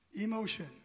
emotion